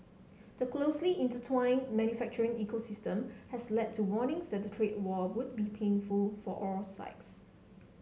the closely intertwined manufacturing ecosystem has led to warnings that a trade war would be painful for all sides